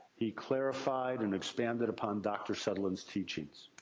he clarified and expanded upon dr. sutherland's teachings.